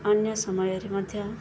ଅନ୍ୟ ସମୟରେ ମଧ୍ୟ